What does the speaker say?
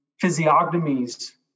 physiognomies